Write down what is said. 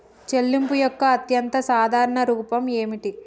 చెల్లింపు యొక్క అత్యంత సాధారణ రూపం ఏమిటి?